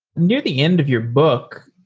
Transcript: near the end of your book,